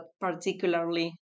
particularly